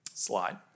slide